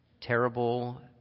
Terrible